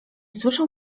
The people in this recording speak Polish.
słyszał